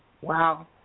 Wow